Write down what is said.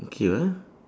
okay lah